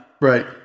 Right